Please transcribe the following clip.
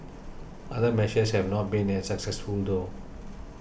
other measures have not been as successful though